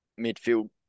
midfield